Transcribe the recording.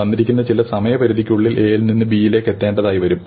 തന്നിരിക്കുന്ന ചില സമയപരിധിക്കുള്ളിൽ A യിൽ നിന്ന് B യിലേക്ക് എത്തേണ്ടതായി വരും